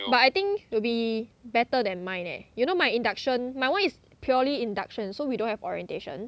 but I think will be better than mine eh you know my induction my [one] is purely induction so we don't have orientation